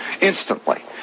instantly